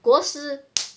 国师